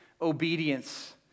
obedience